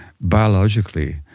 Biologically